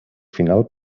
final